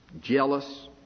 jealous